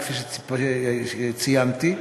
כפי שציינתי,